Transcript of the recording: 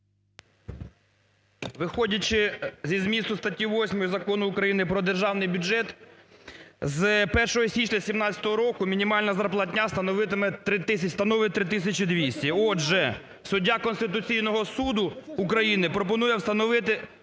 Виходячи зі змісту статті 8 Закону України "Про державний бюджет", з 1 січня 2017 року мінімальна зарплатня становитиме… становить 3 тисячі 200. Отже, суддя Конституційного Суду України пропонує встановити